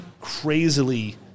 crazily